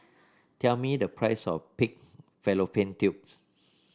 tell me the price of Pig Fallopian Tubes